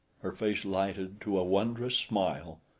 her face lighted to a wondrous smile.